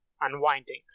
unwinding